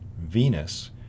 Venus